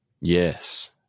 Yes